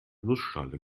nussschale